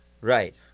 Right